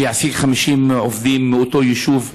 שיעסיק 50 עובדים מאותו יישוב.